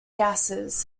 gases